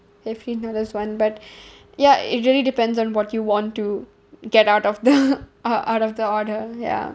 fifteen dollars one but ya it really depends on what you want to get out of the uh out of the order ya